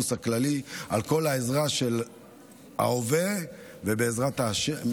הכללי על כל העזרה בהווה ובעזרת השם,